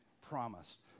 promised